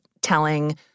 telling